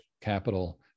capital